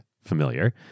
familiar